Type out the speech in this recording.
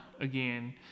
again